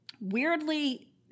weirdly